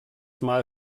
mal